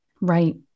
right